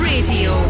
Radio